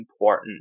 important